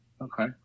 Okay